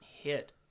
hit